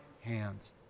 hands